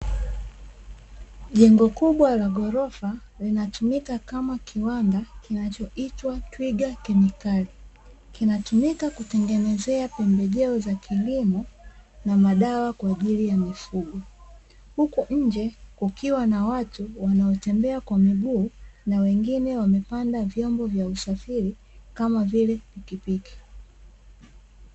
Jengo kubwa la ghorofa linatumika kama kiwanda kinachoitwa twiga kemikali kinatumika kutengenezea pembejeo za kilimo na madawa kwa ajili ya mifugo, huku nje kukiwa na watu wanaotembea kwa miguu na wengine wamepanda vyombo vya usafiri kama vile pikipiki.